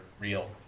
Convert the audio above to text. real